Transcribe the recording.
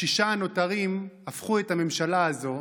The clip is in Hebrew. השישה הנותרים הפכו את הממשלה הזאת,